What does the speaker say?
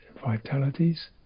vitalities